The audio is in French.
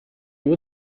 haut